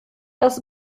das